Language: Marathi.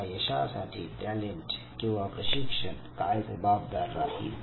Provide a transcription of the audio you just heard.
तुमच्या यशासाठी टॅलेंट किंवा प्रशिक्षण काय जबाबदार राहील